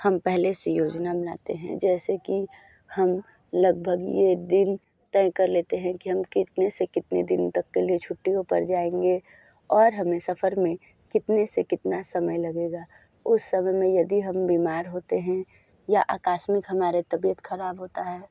हम पहले से योजना बनाते हैं जैसे कि हम लगभग ये दिन तय कर लेते हैं कि हम कितने से कितने दिन तक के लिए छुट्टियों पर जाएंगे और हमें सफ़र में कितने से कितना समय लगेगा उस समय में यदि हम बीमार होते हैं या आकास्मिक हमारी तबीयत ख़राब होती है